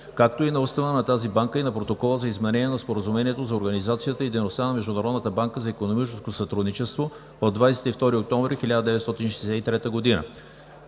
както и на Устава на тази Банка и на Протокола за изменение на Споразумението за организацията и дейността на Международната банка за икономическо сътрудничество от 22 октомври 1963 г.